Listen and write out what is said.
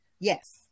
Yes